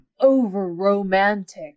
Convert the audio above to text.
over-romantic